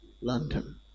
London